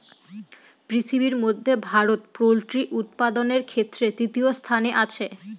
পৃথিবীর মধ্যে ভারত পোল্ট্রি উৎপাদনের ক্ষেত্রে তৃতীয় স্থানে আছে